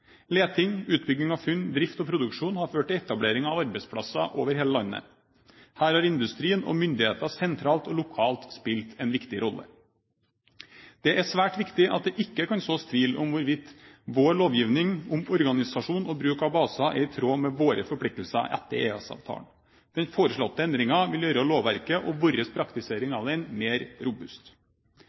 Leting, utbygging av funn, drift og produksjon har ført til etablering av arbeidsplasser over hele landet. Her har industrien og myndigheter sentralt og lokalt spilt en viktig rolle. Det er svært viktig at det ikke kan sås tvil om hvorvidt vår lovgivning om organisasjon og bruk av baser er i tråd med våre forpliktelser etter EØS-avtalen, men foreslåtte endringer vil gjøre lovverket og vår praktisering av det mer robust.